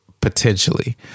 potentially